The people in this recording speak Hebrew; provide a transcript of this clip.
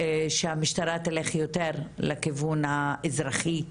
שהמשטרה תלך יותר לכיוון האזרחי,